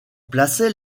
plaçait